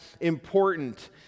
important